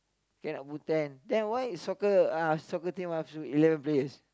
cannot put ten then why soccer uh soccer team up to eleven place